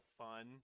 fun